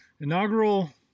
Inaugural